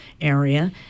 area